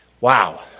Wow